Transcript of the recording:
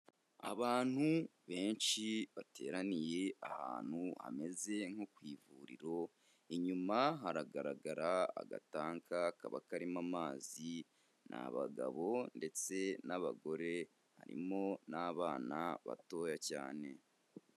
Abantu benshi bateraniye ahantu hameze nko ku ivuriro, inyuma haragaragara agatanka kaba karimo amazi, ni abagabo ndetse n'abagore, harimo n'abana batoya cyane.